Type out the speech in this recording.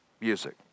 music